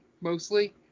mostly